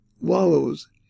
wallows